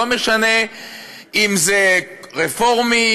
לא משנה אם זה רפורמי,